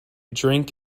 drink